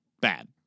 Bad